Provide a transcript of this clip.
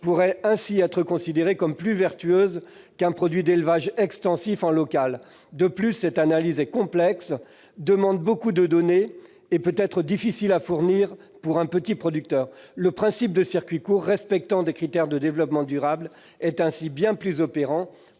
pourrait ainsi être considérée comme plus « vertueuse » qu'un produit d'élevage extensif local. De plus, cette analyse est complexe, requiert beaucoup de données et peut être difficile à fournir pour un petit producteur. Le principe de circuit court respectant des critères de développement durable est ainsi bien plus opérant